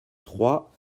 trois